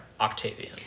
Octavian